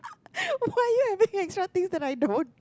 why are you having extra things that I don't